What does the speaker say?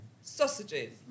sausages